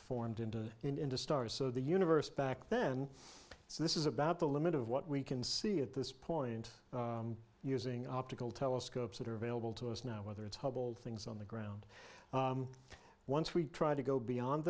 formed into into stars so the universe back then so this is about the limit of what we can see at this point using optical telescopes that are available to us now whether it's hubble things on the ground once we try to go beyond